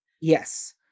Yes